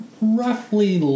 roughly